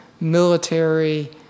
military